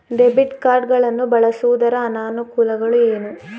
Debit card ಗಳನ್ನು ಬಳಸುವುದರ ಅನಾನುಕೂಲಗಳು ಏನು?